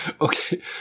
Okay